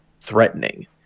threatening